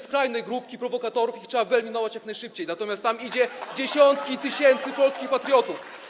Skrajne grupki prowokatorów trzeba wyeliminować jak najszybciej, natomiast tam idą dziesiątki tysięcy polskich patriotów.